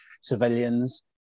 civilians